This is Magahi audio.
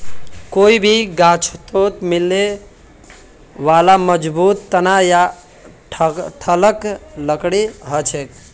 कोई भी गाछोत से मिलने बाला मजबूत तना या ठालक लकड़ी कहछेक